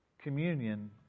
Communion